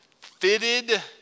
fitted